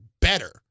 better